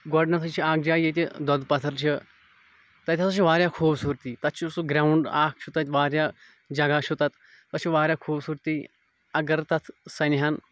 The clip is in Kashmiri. گۄڈنٮ۪تھٕے چھِ اَکھ جاے ییٚتہِ دۄدٕ پَتھٕر چھِ تَتہِ ہَسا چھِ واریاہ خوٗبصوٗرتی تَتہِ چھُ سُہ گرٛاوُنٛڈ اَکھ چھُ تَتہِ واریاہ جگہ چھُ تَتھ تتھ چھِ واریاہ خوٗبصوٗرتی اگر تَتھ سَنہٕ ہَن